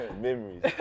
memories